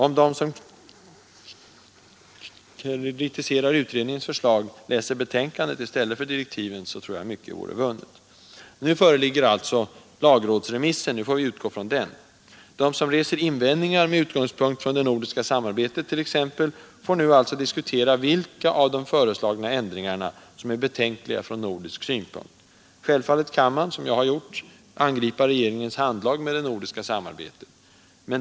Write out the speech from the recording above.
Om de som kritiserar utredningens förslag läser betänkandet i stället för direktiven vore mycket vunnet. Nu föreligger emellertid lagrådsremissen, och vi får då utgå från den. De som reser invändningar t.ex. med utgångspunkt i det nordiska samarbetet får alltså nu diskutera vilka av de föreslagna ändringarna som är betänkliga från nordisk synpunkt. Självfallet kan man, som jag har gjort, kritisera regeringens handlag med det nordiska samarbetet.